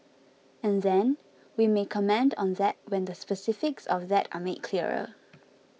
and then we may comment on that when the specifics of that are made clearer